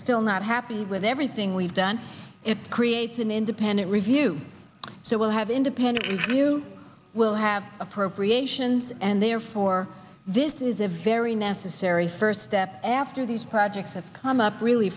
still not happy with everything we've done it creates an independent review so we'll have independent you will have appropriations and therefore this is a very necessary first step after these projects have come up really